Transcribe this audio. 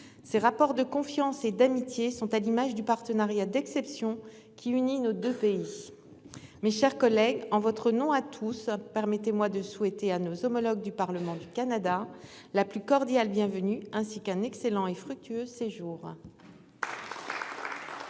Ces rapports de confiance et d'amitié sont à l'image du partenariat d'exception qui unit nos 2 pays. Mes chers collègues, en votre nom à tous, permettez-moi de souhaiter à nos homologues du Parlement du Canada la plus cordiale bienvenue ainsi qu'un excellent et fructueux séjour.